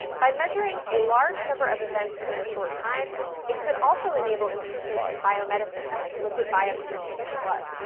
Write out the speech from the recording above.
by measuring a large number of events within a short time it could also enable improvements in biomedicine like liquid biopsies of human blood,